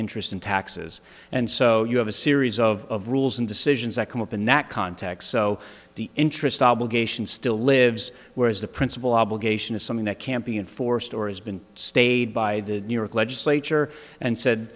interest in taxes and so you have a series of rules and decisions that come up in that context so the interest obligation still lives whereas the principle obligation is something that can't be enforced or has been stated by the new york legislature and said